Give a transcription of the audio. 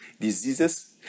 diseases